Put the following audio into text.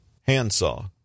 Handsaw